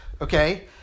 okay